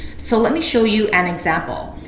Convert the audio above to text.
so let me show you an example.